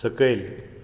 सकयल